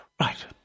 right